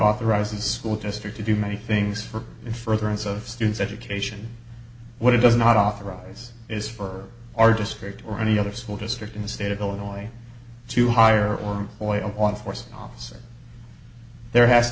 authorizes school district to do many things for in furtherance of students education what it does not authorize is for our district or any other school district in the state of illinois to hire or oil on force officer there has